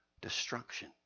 Destruction